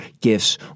gifts